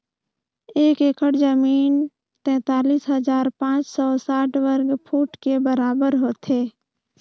एक एकड़ जमीन तैंतालीस हजार पांच सौ साठ वर्ग फुट के बराबर होथे